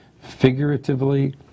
figuratively